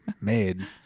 made